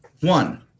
One